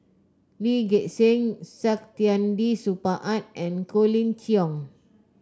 Lee Gek Seng Saktiandi Supaat and Colin Cheong